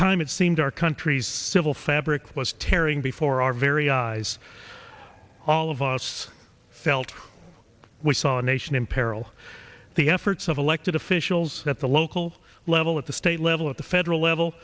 time it seems our country's civil fabric was tearing before our very eyes all of us felt we saw a nation in peril the efforts of elected officials at the local level at the state level at the federal level